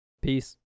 peace